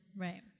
Right